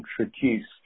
introduced